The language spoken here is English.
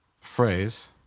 phrase